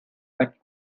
but